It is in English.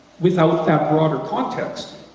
without that broader context.